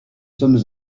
sommes